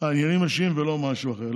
העניינים האישיים ולא משהו אחר.